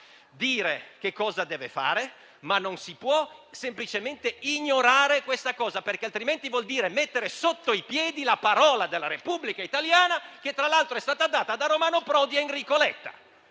dire cosa deve fare; ma non si può semplicemente ignorare questo, perché altrimenti vuol dire mettere sotto i piedi la parola della Repubblica italiana, che tra l'altro è stata data da Romano Prodi e da Enrico Letta.